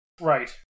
Right